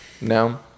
No